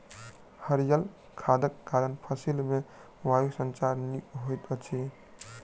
हरीयर खादक कारण फसिल मे वायु संचार नीक होइत अछि